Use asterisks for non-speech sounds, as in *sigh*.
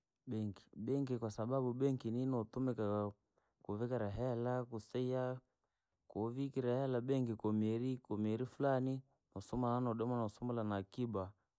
Benki, benki kwasababu benki ni inotumikaa *hesitation* kuvikera hela, kuseya, koovikira hela benki kwa mieri kwa mieri furani, noseya nodomaa nosumula naakibaa.